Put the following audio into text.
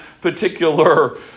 particular